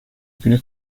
günü